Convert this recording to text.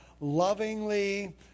lovingly